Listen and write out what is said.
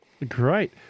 Great